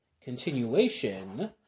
continuation